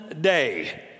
day